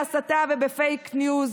בהסתה ובפייק ניוז,